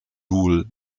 rule